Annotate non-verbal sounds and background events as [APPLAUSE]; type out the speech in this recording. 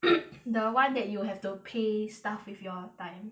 [COUGHS] the one that you have to pay stuff with your time